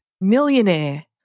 Millionaire